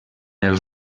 els